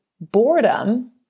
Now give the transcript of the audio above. Boredom